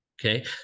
okay